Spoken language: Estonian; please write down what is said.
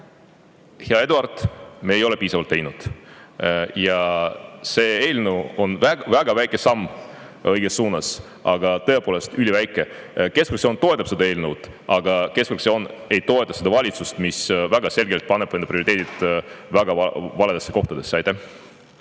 hea Eduard, me ei ole piisavalt teinud. See eelnõu on väga väike samm õiges suunas, tõepoolest üliväike. Keskfraktsioon toetab seda eelnõu, aga keskfraktsioon ei toeta seda valitsust, mis väga selgelt paneb prioriteedid väga valedesse kohtadesse. Aitäh!